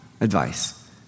advice